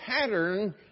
pattern